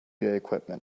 equipment